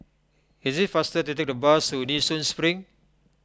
it is faster to take the bus to Nee Soon Spring